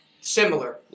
similar